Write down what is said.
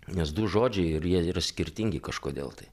nes du žodžiai ir jie yra skirtingi kažkodėl tai